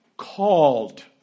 called